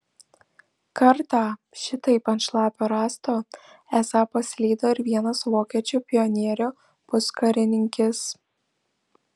kartą šitaip ant šlapio rąsto esą paslydo ir vienas vokiečių pionierių puskarininkis